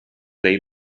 dei